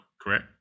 correct